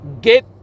Get